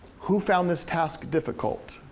who found this task difficult,